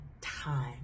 time